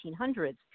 1800s